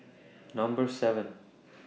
Number seven